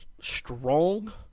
strong